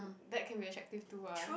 that can be attractive too ah